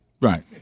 Right